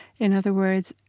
in other words,